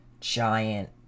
giant